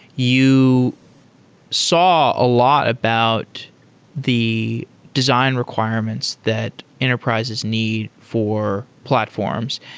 you saw a lot about the design requirements that enterprises need for platforms.